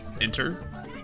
enter